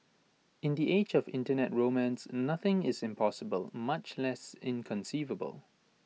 in the age of Internet romance nothing is impossible much less inconceivable